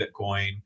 Bitcoin